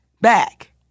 back